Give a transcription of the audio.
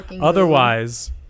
Otherwise